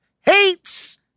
hates